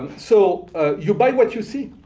so you buy what you see.